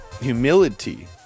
humility